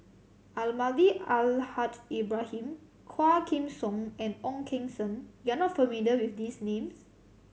Almahdi Al Haj Ibrahim Quah Kim Song and Ong Keng Sen you are not familiar with these names